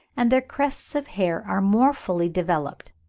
and their crests of hair are more fully developed.